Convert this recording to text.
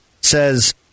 says